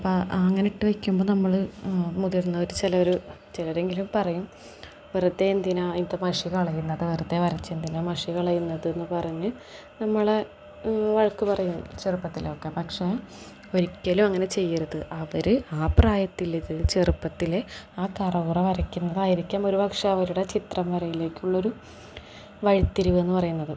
അപ്പം അങ്ങനെ ഇട്ടു വെക്കുമ്പോൾ നമ്മൾ മുതിർന്നവർ ചിലർ ചിലരെങ്കിലും പറയും വെറുതെ എന്തിനാ അതിൽത്തെ മഷി കളയുന്നത് വെറുതെ വരച്ചെന്തിനാണ് മഷി കളയുന്നതെന്നു പറഞ്ഞ് നമ്മളെ വഴക്കു പറയും ചെറുപ്പത്തിലൊക്കെ പക്ഷേ ഒരിക്കലും അങ്ങനെ ചെയ്യരുത് അവർ ആ പ്രായത്തിലത് ചെറുപ്പത്തിൽ ആ കറകുറ വരയ്ക്കുന്നതായിരിക്കാം ഒരു പക്ഷേ അവരുടെ ചിത്രം വരയിലേക്കുള്ളൊരു വഴിത്തിരിവെന്നു പറയുന്നത്